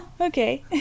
Okay